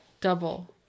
Double